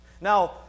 Now